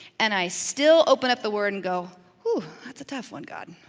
and i still open up the word and go, ooh, that's a tough one, god.